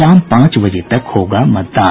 शाम पांच बजे तक होगा मतदान